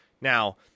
Now